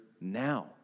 now